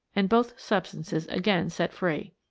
and both sub stances again set free.